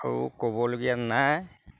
আৰু ক'বলগীয়া নাই